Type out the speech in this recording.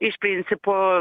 iš principo